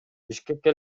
бишкекке